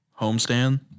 homestand